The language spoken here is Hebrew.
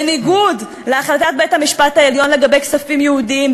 בניגוד להחלטת בית-המשפט העליון לגבי כספים ייעודיים,